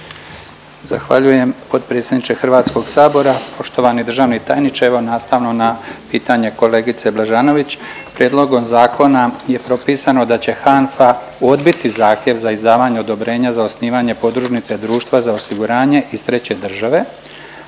Zahvaljujem potpredsjedniče Hrvatskog sabora. Poštovani državni tajniče evo nastavno na pitanje kolegice Blažanović. Prijedlogom zakona je propisano da će HANFA odbiti zahtjev za izdavanje odobrenja za osnivanje podružnice društva za osiguranje iz treće države,